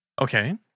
okay